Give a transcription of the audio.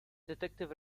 detective